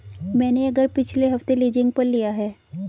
मैंने यह घर पिछले हफ्ते लीजिंग पर लिया है